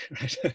right